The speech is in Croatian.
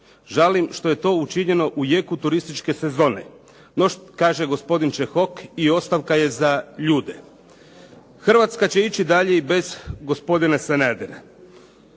Žalim što je to učinjeno u jeku turističke sezone, no kao što kaže gospodin Čehok, i ostavka je za ljude. Hrvatska će ići dalje i bez gospodina Sanadera.